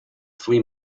flea